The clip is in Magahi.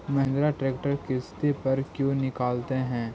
महिन्द्रा ट्रेक्टर किसति पर क्यों निकालते हैं?